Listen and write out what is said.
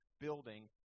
building